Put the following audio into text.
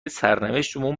سرنوشتمون